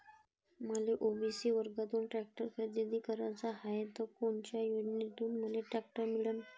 मले ओ.बी.सी वर्गातून टॅक्टर खरेदी कराचा हाये त कोनच्या योजनेतून मले टॅक्टर मिळन?